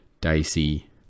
dicey